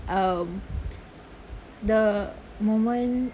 um the moment